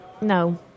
No